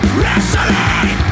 wrestling